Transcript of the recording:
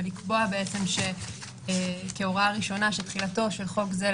ולקבוע כהוראה ראשונה שתחילתו של פרק זה,